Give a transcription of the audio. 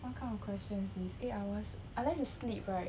what kind of question is this eight hours unless you sleep right